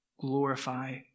glorify